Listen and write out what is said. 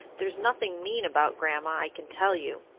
there's nothing mean about grandma, i can tell you.